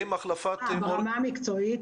ברמה המקצועית,